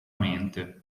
mente